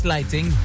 Lighting